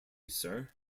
sir